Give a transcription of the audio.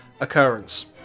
occurrence